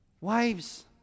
Wives